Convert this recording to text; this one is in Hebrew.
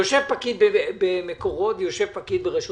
יושב פקיד במקורות ויושב פקיד ברשות